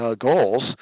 goals